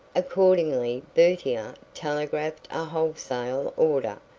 accordingly bertier telegraphed a wholesale order,